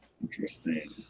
Interesting